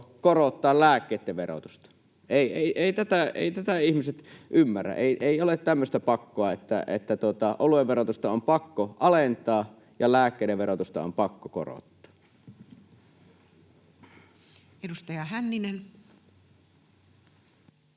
korottaa lääkkeitten verotusta. Eivät tätä ihmiset ymmärrä, ei ole tämmöistä pakkoa, että oluen verotusta on pakko alentaa ja lääkkeiden verotusta on pakko korottaa. [Juho Eerolan